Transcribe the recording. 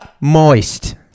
moist